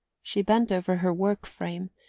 she bent over her work-frame,